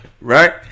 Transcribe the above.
Right